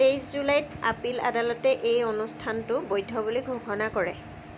তেইছ জুলাইত আপীল আদালতে এই অনুষ্ঠানটো বৈধ বুলি ঘোষণা কৰে